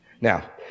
Now